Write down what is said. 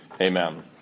Amen